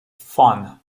fun